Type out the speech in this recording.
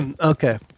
okay